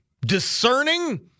Discerning